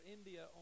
India